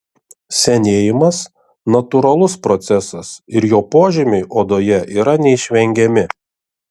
senėjimas natūralus procesas ir jo požymiai odoje yra neišvengiami